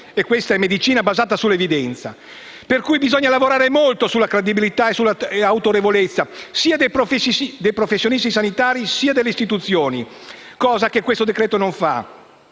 e questa è medicina basata sull'evidenza. Pertanto, bisogna lavorare molto sulla credibilità e sull'autorevolezza, sia dei professionisti sanitari sia delle istituzioni, cosa che questo decreto non fa.